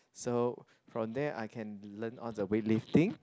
so from there I can learn all the weight lifting